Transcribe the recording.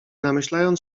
namyślając